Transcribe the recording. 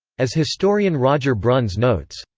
as historian roger bruns notes,